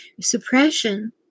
suppression